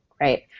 right